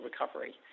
recovery